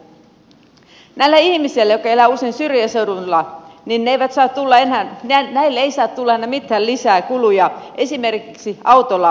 näille ihmisille jotka elävät usein syrjäseuduilla ei saa tulla enää mitään lisäkuluja esimerkiksi autolla liikkumiseen